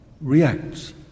reacts